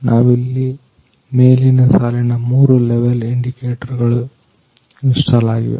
ನಾವಿಲ್ಲಿ ಮೇಲಿನ ಸಾಲಿನಲ್ಲಿ 3 ಲೆವೆಲ್ ಇಂಡಿಕೇಟರ್ ಗಳು ಇನ್ಸ್ಟಾಲ್ ಆಗಿವೆ